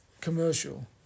commercial